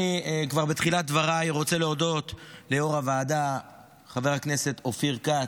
כבר בתחילת דבריי אני רוצה להודות ליו"ר הוועדה חבר הכנסת אופיר כץ,